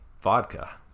vodka